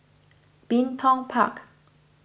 Bin Tong Park